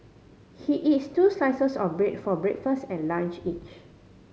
he eats two slices of bread for breakfast and lunch each